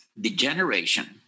degeneration